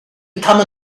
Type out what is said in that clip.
become